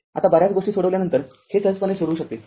आताबर्याच गोष्टी सोडवल्यानंतर हे सहजपणे सोडवू शकते